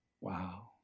Wow